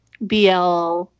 BL